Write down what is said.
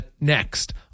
next